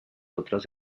otras